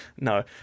No